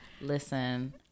Listen